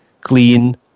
clean